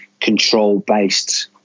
control-based